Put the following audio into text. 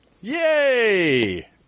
yay